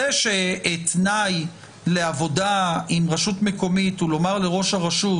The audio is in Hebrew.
זה שתנאי לעבודה עם רשות מקומית הוא לומר לראש הרשות